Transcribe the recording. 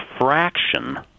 fraction